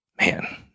man